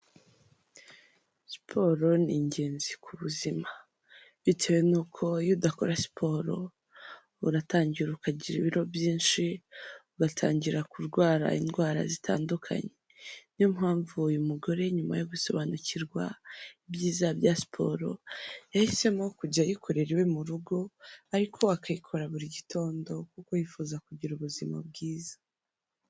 Siporo ni ingenzi ku buzima. Bitewe nuko iyo udakora siporo, uratangira ukagira ibiro byinshi, ugatangira kurwara indwara zitandukanye. Niyo mpamvu uyu mugore nyuma yo gusobanukirwa ibyiza bya siporo, yahisemo kujya ayikorera iwe mu rugo, ariko akayikora buri gitondo kuko yifuza kugira ubuzima bwiza.